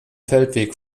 feldweg